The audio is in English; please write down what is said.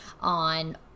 on